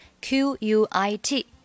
Q-U-I-T